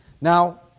Now